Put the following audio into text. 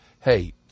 hey